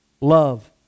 love